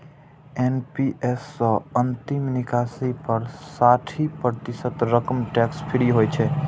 NPS सं अंतिम निकासी पर साठि प्रतिशत रकम टैक्स फ्री होइ छै